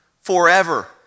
forever